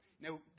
Now